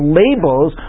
labels